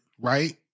right